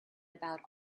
about